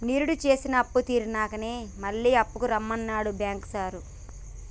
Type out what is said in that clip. నిరుడు జేసిన అప్పుతీర్సినంకనే మళ్ల అప్పుకు రమ్మన్నడు బాంకు సారు